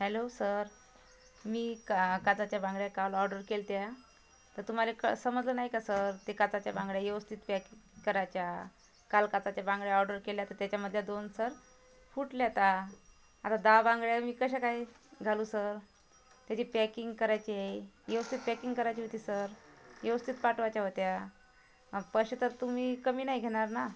hello sir मी का काचेच्या बांगड्या काल ऑर्डर केल्या होत्या तर तुम्हाला क समजलं नाही का सर ते काचेच्या बांगड्या व्यवस्थित पॅक करायच्या काल काचेच्या बांगड्या ऑर्डर केल्या तर त्याच्यामधल्या दोन सर फुटल्यात आता दहा बांगड्या मी कशा काय घालू सर त्याची पॅकिंग करायची व्यवस्थित पॅकिंग करायची होती सर व्यवस्थित पाठवायच्या होत्या आणि पैसे तर तुम्ही कमी नाही घेणार ना